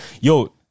Yo